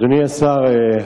אדוני השר,